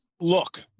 Look